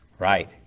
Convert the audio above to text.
Right